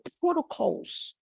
protocols